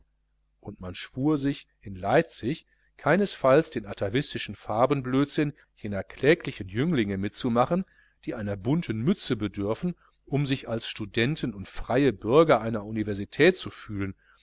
und man schwur sich in leipzig keinesfalls den atavistischen farbenblödsinn jener kläglichen jünglinge mitzumachen die einer bunten mütze bedürfen um sich als studenten und freie bürger einer universität zu fühlen